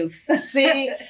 See